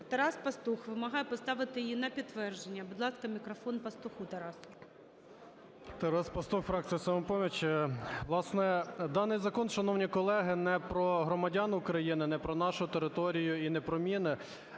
Тарас Пастух вимагає поставити її на підтвердження. Будь ласка, мікрофон Пастуху Тарасу. 11:40:47 ПАСТУХ Т.Т. Тарас Пастух, фракція "Самопоміч". Власне, даний закон, шановні колеги, не про громадян України, не про нашу територію і не про міни.